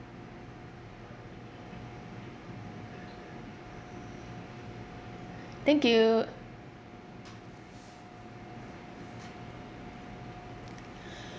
thank you